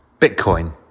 Bitcoin